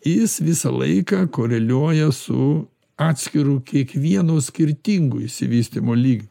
jis visą laiką koreliuoja su atskiru kiekvienu skirtingu išsivystymo lygiu